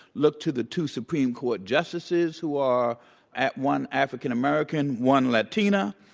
look to the two supreme court justices who are at one african-american, one latina.